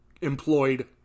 employed